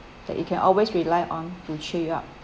that you can always rely on to cheer you up